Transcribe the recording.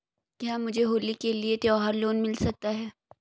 क्या मुझे होली के लिए त्यौहार लोंन मिल सकता है?